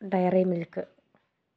dairy milk